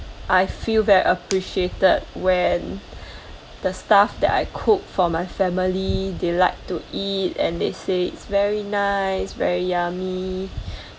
I feel very appreciated when the stuff that I cook for my family they like to eat and they say is very nice very yummy